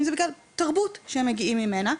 אם זה בגלל תרבות שהם מגיעים ממנה.